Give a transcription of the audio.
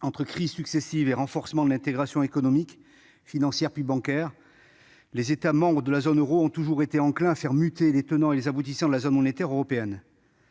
Entre crises successives et renforcement de l'intégration économique, financière, puis bancaire, les États membres de la zone euro ont toujours été enclins à faire muter les tenants et les aboutissants de la zone monétaire européenne.